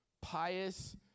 pious